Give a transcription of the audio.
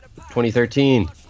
2013